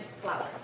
flour